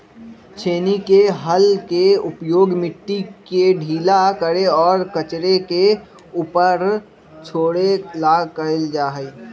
छेनी के हल के उपयोग मिट्टी के ढीला करे और कचरे के ऊपर छोड़े ला कइल जा हई